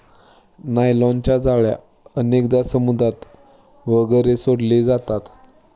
नायलॉनच्या जाळ्या अनेकदा समुद्रात वगैरे सोडले जातात